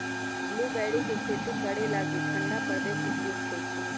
blueberry के खेती करे लागी ठण्डा प्रदेश उपयुक्त होइ छै